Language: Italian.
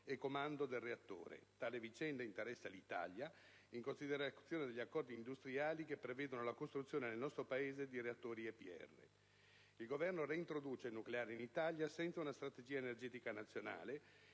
e comando del reattore. Tale vicenda interessa l'Italia, in considerazione degli accordi industriali che prevedono la costruzione nel nostro Paese di reattori EPR. Il Governo reintroduce il nucleare in Italia senza una strategia energetica nazionale,